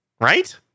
right